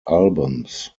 albums